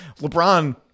LeBron